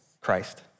Christ